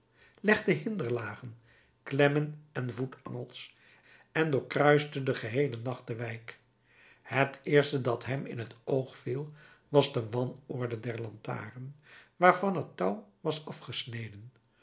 legde hinderlagen klemmen en voetangels en doorkruiste den geheelen nacht de wijk het eerste dat hem in t oog viel was de wanorde der lantaarn waarvan het touw was afgesneden